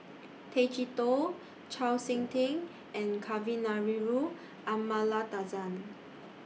Tay Chee Toh Chau Sik Ting and Kavignareru Amallathasan